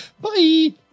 Bye